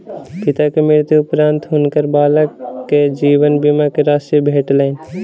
पिता के मृत्यु उपरान्त हुनकर बालक के जीवन बीमा के राशि भेटलैन